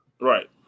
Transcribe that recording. right